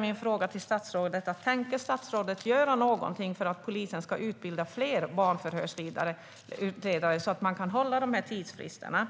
Min fråga till statsrådet är: Tänker statsrådet göra någonting för att polisen ska utbilda fler barnförhörsledare, så att man kan hålla dessa tidsfrister?